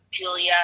Julia